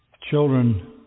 children